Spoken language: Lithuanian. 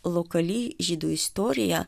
lokali žydų istorija